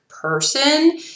person